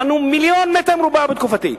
בנו מיליון מטר רבוע בתקופתי,